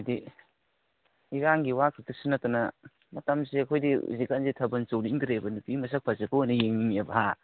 ꯍꯥꯏꯕꯗꯤ ꯏꯔꯥꯡꯒꯤ ꯋꯥ ꯈꯛꯇꯁꯨ ꯅꯠꯇꯅ ꯃꯇꯝꯁꯦ ꯑꯩꯈꯣꯏꯗꯤ ꯍꯧꯖꯤꯛ ꯀꯥꯟꯁꯦ ꯊꯥꯕꯜ ꯆꯣꯡꯅꯤꯡꯗ꯭ꯔꯦꯕ ꯅꯨꯄꯤ ꯃꯁꯛ ꯐꯖꯕ ꯑꯣꯏꯅ ꯌꯦꯡꯅꯤꯡꯉꯦꯕ ꯍꯥ